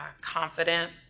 confident